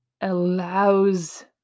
allows